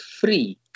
free